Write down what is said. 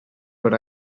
per